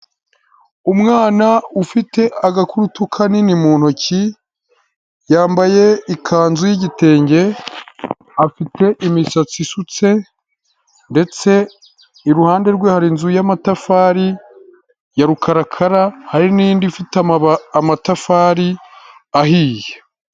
Umwana ufite agakutu kanini mu ntoki, yambaye ikanzu y'igitenge, afite imisatsi isutse. Ndetse iruhande rwe hari inzu y'amatafari ya rukarakara hari n'indi ifite amatafari ahiye.